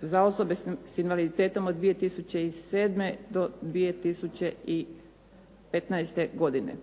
za osobe s invaliditetom od 2007. do 2015. godine.